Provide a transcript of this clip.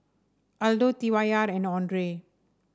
Aldo T Y R and Andre